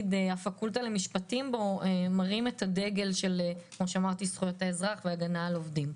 שבפקולטה למשפטים שבו מרים את הדגל של זכויות האזרח והגנה על עובדים.